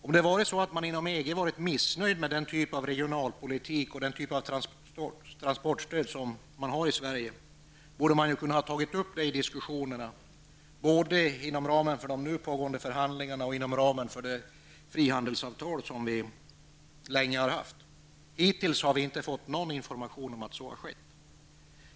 Om det varit så att man inom EG varit missnöjd med den typ av regionalpolitik som bedrivs i Sverige, kunde man ha tagit upp diskussioner om detta både i de nu pågående förhandlingarna och inom ramen för de frihandelsavtal som vi länge har haft. Hittills har vi inte fått någon information om att så har skett.